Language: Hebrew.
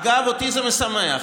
אגב, אותי זה משמח,